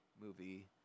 movie